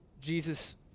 Jesus